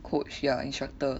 coach ya instructor